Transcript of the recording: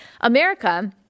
America